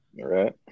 Right